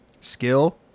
skill